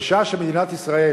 בשעה שמדינת ישראל